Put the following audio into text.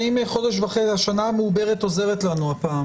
השנה המעוברת עוזרת לנו הפעם.